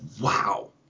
wow